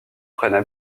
prennent